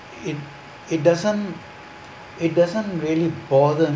it it doesn't it doesn't really bother